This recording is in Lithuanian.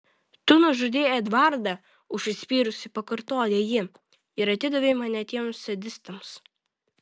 tu nužudei edvardą užsispyrusi pakartoja ji ir atidavei mane tiems sadistams